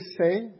say